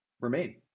remain